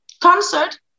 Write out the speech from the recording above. Concert